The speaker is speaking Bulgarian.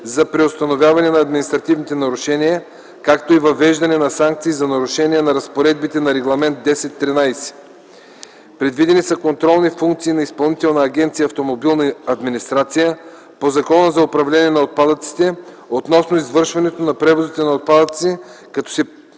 за преустановяване на административните нарушения, както и въвеждане на санкции за нарушения на разпоредбите на Регламент 1013. Предвидени са контролни функции на Изпълнителна агенция „Автомобилна администрация” по Закона за управление на отпадъците относно извършването на превозите на отпадъците като са